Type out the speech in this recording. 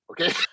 Okay